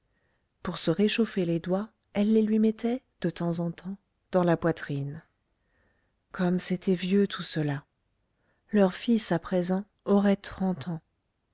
pour se réchauffer les doigts elle les lui mettait de temps en temps dans la poitrine comme c'était vieux tout cela leur fils à présent aurait trente ans